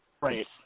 Right